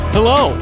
Hello